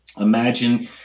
imagine